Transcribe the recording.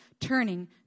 turning